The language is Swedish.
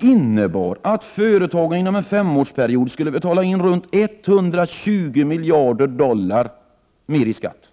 innebar att företagen inom en femårsperiod skulle betala in runt 120 miljarder dollar mer i skatt.